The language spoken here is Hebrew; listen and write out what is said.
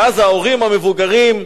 ואז ההורים המבוגרים,